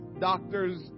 Doctors